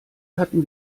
hatten